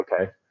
okay